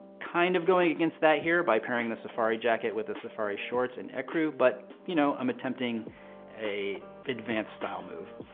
kind of going against that here by pairing the safari jacket with a safari shorts in ecru. but, you know, i'm attempting na advanced style move.